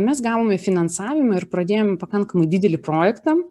mes gavome finansavimą ir pradėjom pakankamai didelį projektą